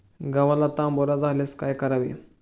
गव्हाला तांबेरा झाल्यास काय करावे?